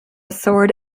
sword